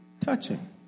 touching